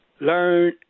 learn